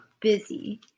busy